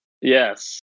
Yes